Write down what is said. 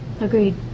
Agreed